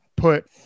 put